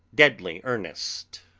deadly earnest.